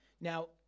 Now